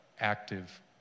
active